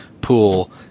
pool